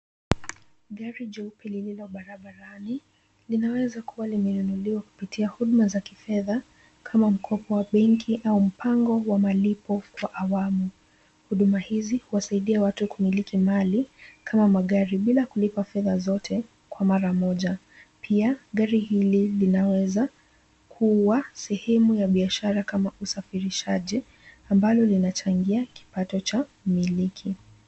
Gari jeupe lililo barabarani linaweza kuwa limenunuliwa kupitia huduma za kifedha kama mkopo wa benki au mpango wa malipo kwa awamu. Huduma hizi huwasaidia watu kumiliki mali kama magari bila kulipa fedha zote kwa mara moja. Pia, gari hili linaweza kuwa sehemu ya biashara kama usafirishaji, ambalo linachangia kipato cha miliki.